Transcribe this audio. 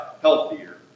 healthier